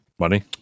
money